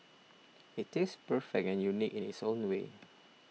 it tastes perfect and unique in its own way